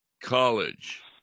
College